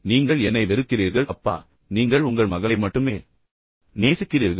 நீங்கள் என்னை வெறுக்கிறீர்கள் அப்பா நீங்கள் என்னை அல்ல உங்கள் மகளை மட்டுமே நேசிக்கிறீர்கள்